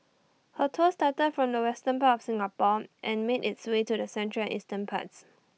her tour started from the western part of Singapore and made its way to the central and eastern parts